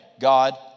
God